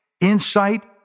insight